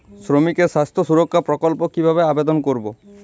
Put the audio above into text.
শ্রমিকের স্বাস্থ্য সুরক্ষা প্রকল্প কিভাবে আবেদন করবো?